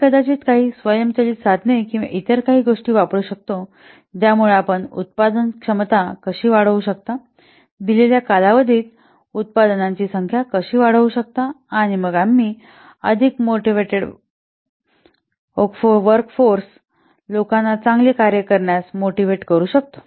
आम्ही कदाचित काही स्वयंचलित साधने किंवा इतर काही गोष्टी वापरू शकतो ज्यामुळे आपण उत्पादन क्षमता कशी वाढवू शकता दिलेल्या कालावधीत उत्पादनांची संख्या कशी वाढवू शकता आणि मग आम्ही अधिक मोटिव्हेटड वोर्कफोर्स लोकांना चांगले कार्य करण्यास मोटिव्हेट करू शकते